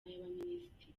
y’abaminisitiri